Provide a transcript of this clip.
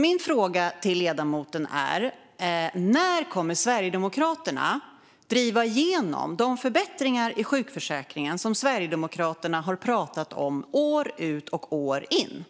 Min fråga till ledamoten är alltså: När kommer Sverigedemokraterna att driva igenom de förbättringar i sjukförsäkringen som Sverigedemokraterna har pratat om år ut och år in?